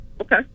Okay